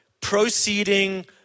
proceeding